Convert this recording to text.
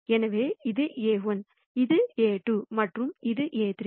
எனவே இது A₁ இது A₂ மற்றும் இது A₃